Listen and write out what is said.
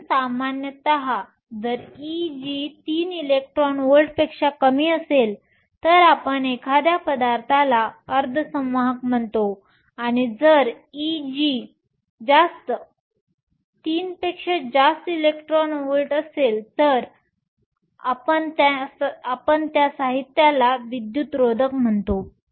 म्हणून सामान्यत जर Eg तीन इलेक्ट्रॉन व्होल्टपेक्षा कमी असेल तर आपण एखाद्या पदार्थाला अर्धसंवाहक म्हणतो आणि जर Eg 3 इलेक्ट्रॉन व्होल्टपेक्षा जास्त असेल तर आपण पदार्थाला विद्युतरोधक म्हणतो